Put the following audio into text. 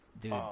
dude